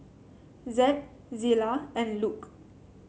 Zed Zillah and Luke